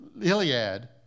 Iliad